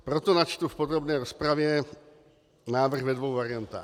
Proto načtu v podrobné rozpravě návrh ve dvou variantách.